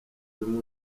y’uyu